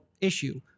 issue